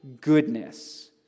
goodness